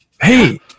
Hey